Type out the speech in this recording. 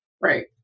Right